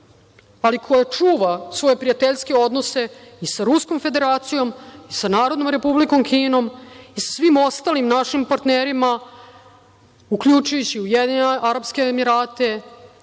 ali koja čuva svoje prijateljske odnose i sa Ruskom Federacijom i sa Narodnom Republikom Kinom i svim ostalim našim partnerima, uključujući Ujedinjene Arapske Emirate,